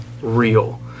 real